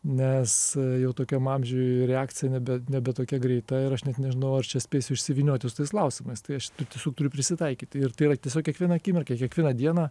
nes jau tokiam amžiui reakcija nebe nebe tokia greita ir aš net nežinau ar čia spėsiu išsivynioti su tais klausimais tai aš tu tiesiog turiu prisitaikyt ir tai yra tiesiog kiekvieną akimirką kiekvieną dieną